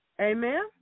Amen